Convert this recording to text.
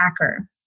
attacker